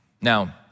Now